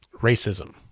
racism